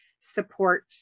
support